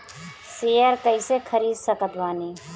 Share कइसे खरीद सकत बानी?